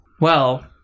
Well-